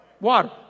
Water